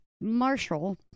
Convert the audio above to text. Marshall